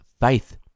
Faith